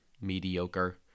mediocre